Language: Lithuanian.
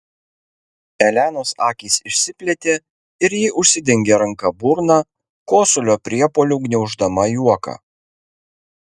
elenos akys išsiplėtė ir ji užsidengė ranka burną kosulio priepuoliu gniauždama juoką